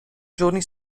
giorni